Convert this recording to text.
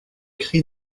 cri